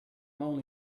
only